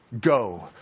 go